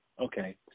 Okay